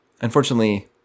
Unfortunately